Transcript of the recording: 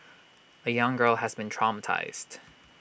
A young girl has been traumatised